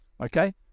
Okay